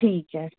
ਠੀਕ ਹੈ